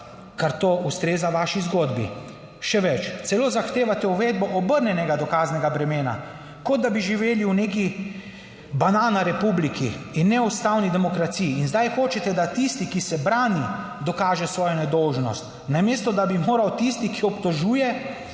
ker to ustreza vaši zgodbi. Še več, celo zahtevate uvedbo obrnjenega dokaznega bremena, kot da bi živeli v neki banana republiki, in ne v ustavni demokraciji, in zdaj hočete, da tisti, ki se brani, dokaže svojo nedolžnost, namesto, da bi moral tisti, ki obtožuje,